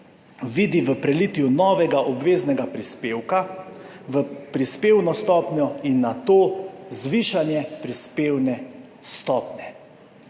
vidi v prelitju novega obveznega prispevka v prispevno stopnjo in na to zvišanje prispevne stopnje.